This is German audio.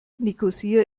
nikosia